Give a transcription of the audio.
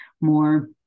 more